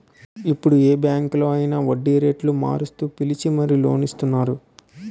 ఇప్పుడు ఏ బాంకులో అయినా వడ్డీరేటు మారుస్తూ పిలిచి మరీ లోన్ ఇస్తున్నారు